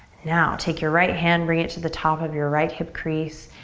now, take your right hand bring it to the top of your right hip crease.